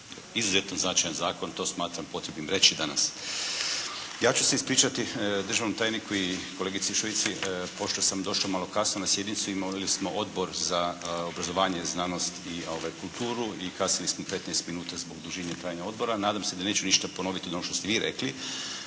Izuzetno značajan zakon, to smatram potrebnim reći danas. Ja ću se ispričati državnom tajniku i kolegici Šuici pošto sam došao malo kasno na sjednicu, imali smo Odbor za obrazovanje, znanost i kulturu i kasnili smo 15 minuta zbog dužine trajanja odbora. Nadam se da neću ništa ponoviti od onog što ste vi rekli,